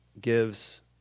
gives